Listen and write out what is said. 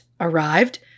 arrived